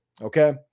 Okay